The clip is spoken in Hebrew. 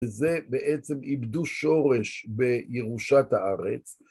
וזה בעצם איבדו שורש בירושת הארץ.